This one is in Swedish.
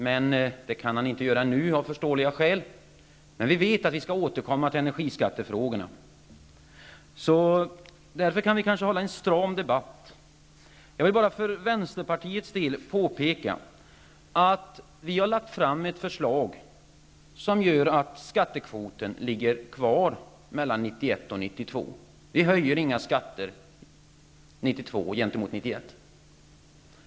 Av förståeliga skäl kan han dock inte göra det nu. Men vi skall ju senare återkomma till energiskattefrågorna. Således kan vi kanske hålla debatten stram. Vi i Vänsterpartiet har lagt fram ett förslag som innebär att skattekvoten ligger kvar mellan 1991 och 1992. Vi höjer inga skatter 1992 i förhållande till 1991.